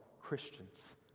Christians